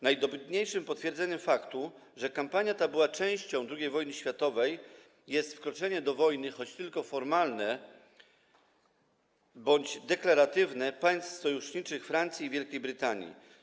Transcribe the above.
Najdobitniejszym potwierdzeniem faktu, że kampania ta była częścią II wojny światowej, jest przystąpienie do wojny, choć tylko formalne bądź deklaratywne, państw sojuszniczych: Francji i Wielkiej Brytanii.